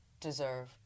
deserve